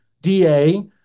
DA